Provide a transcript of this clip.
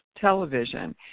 television